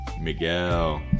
Miguel